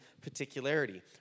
particularity